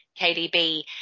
KDB